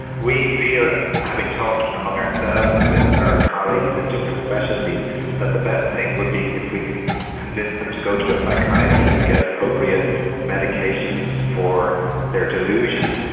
we feel having talked among ourselves and with our colleagues in different specialities that the best thing would be if we can convince them to go to a psychiatrist and get appropriate medications for their delusion.